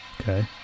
Okay